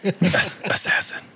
Assassin